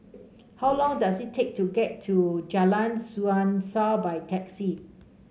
how long does it take to get to Jalan Suasa by taxi